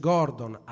Gordon